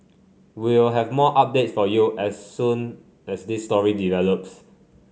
we'll have more updates for you as soon as this story develops